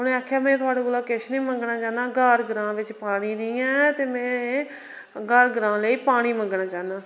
उन्नै आखेआ में थुआढ़े कोला किश नी मंग्गना चाहन्नां ग्हार ग्रां बिच पानी नेईं ऐ ते में घर ग्रां लेई पानी मंग्गना चाहन्नां